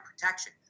protection